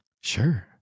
Sure